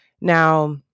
Now